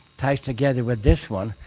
tied together with this one.